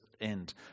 end